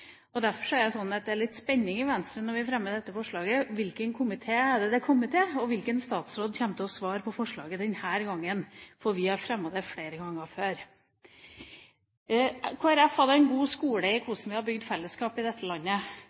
Finansdepartementet. Derfor er det alltid litt spenning i Venstre når vi fremmer dette forslaget, om hvilken komité det kommer til, og hvilken statsråd som vil svare på forslaget denne gangen – for vi har fremmet det flere ganger før. Kristelig Folkeparti hadde en god skole i hvordan vi har bygd fellesskapet i dette landet.